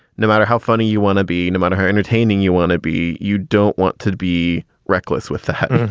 no matter how funny you want to be, no matter how entertaining you want to be, you don't want to be reckless with that.